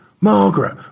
Margaret